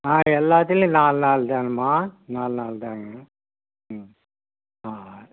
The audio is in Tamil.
ஆ எல்லாத்துலேயும் நாலு நாலு தானும்மா நாலு நாலு தாங்க ம் ஆ